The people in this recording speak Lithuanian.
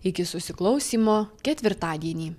iki susiklausymo ketvirtadienį